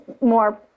more